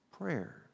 prayer